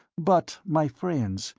but, my friends,